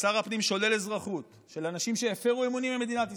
שר הפנים שולל אזרחות של אנשים שהפרו אמונים למדינת ישראל,